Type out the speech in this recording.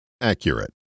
accurate